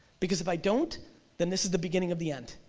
because if i don't then this is the beginning of the end,